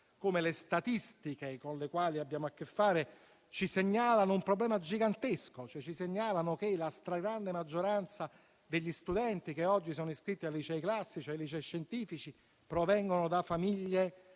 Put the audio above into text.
come le statistiche con le quali abbiamo a che fare ci segnalino un problema gigantesco, cioè che la stragrande maggioranza degli studenti che oggi sono iscritti ai licei classici e ai licei scientifici provengono da famiglie